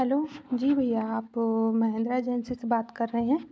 hello जी भैया आपको महेंद्र एजेंसी से बात कर रहे हैं